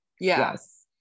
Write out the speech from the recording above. Yes